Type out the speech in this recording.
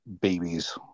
babies